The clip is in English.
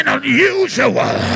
unusual